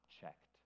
checked